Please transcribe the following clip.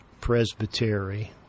presbytery